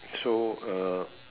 so uh